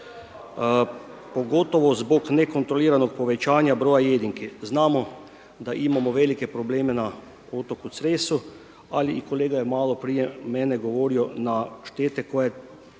pogotovo zbog nekontroliranog povećanja broja jedinki. Znamo da imamo velike probleme na otoku Cresu, ali i kolega je malo prije mene govorio na štete koje